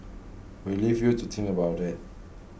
we'll leave you to think about that